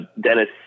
Dennis